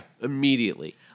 immediately